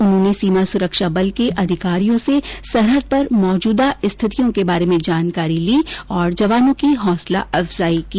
उन्होंने सीमा सुरक्षा बल के अधिकारियों से सरहद पर मौजूदा स्थितियों के बारे में जानकारी ली और जवानों की हौसला अफजाई की